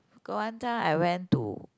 got one time I went to